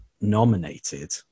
nominated